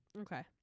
Okay